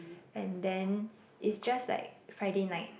and then it's just like Friday night